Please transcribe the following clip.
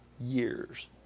years